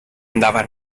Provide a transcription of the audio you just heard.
andava